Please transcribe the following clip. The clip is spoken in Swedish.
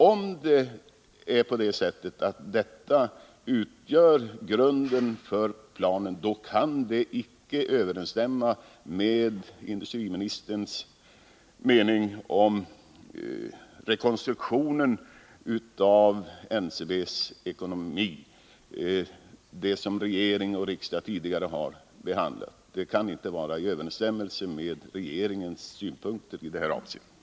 Om det är på det sättet att de utgör grunden för planen, kan det som regering och riksdag tidigare har behandlat icke överensstämma med industriministerns mening om rekonstruktionen av NCB:s ekonomi. Det kan inte vara i överensstämmelse med regeringens synpunkter i det här avseendet.